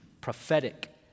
prophetic